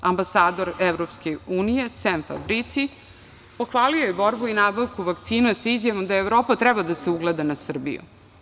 Ambasador EU Sem Fabrici pohvalio je borbu i nabavku vakcina, sa izjavom da Evropa treba da se ugleda na Srbiju.